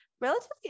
relatively